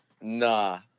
Nah